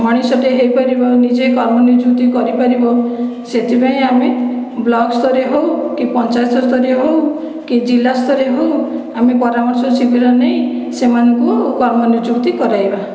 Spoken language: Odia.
ମଣିଷଟିଏ ହୋଇ ପାରିବ ନିଜେ କର୍ମ ନିଯୁକ୍ତି କରିପାରିବ ସେଥିପାଇଁ ଆମେ ବ୍ଲକସ୍ତରୀୟ ହେଉ କି ପଞ୍ଚାୟତସ୍ତରୀୟ ହେଉ କି ଜିଲ୍ଲାସ୍ତରୀୟ ହେଉ ଆମେ ପରାମର୍ଶ ଶିବିର ନେଇ ସେମାନଙ୍କୁ କର୍ମ ନିଯୁକ୍ତି କରାଇବା